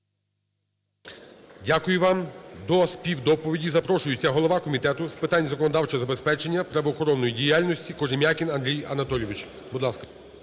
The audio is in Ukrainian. Дякую вам. До співдоповіді запрошується голова Комітету з питань законодавчого забезпечення правоохоронної діяльності Кожем'якін Андрій Анатолійович. Будь ласка.